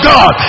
God